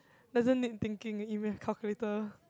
doesn't need thinking e-maths calculator